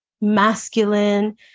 masculine